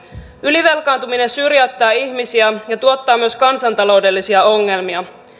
ylivelkaantuminen syrjäyttää ihmisiä ja tuottaa myös kansantaloudellisia ongelmia